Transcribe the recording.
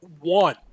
one